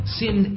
sin